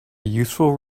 useful